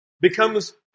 becomes